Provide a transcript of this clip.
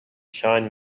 shine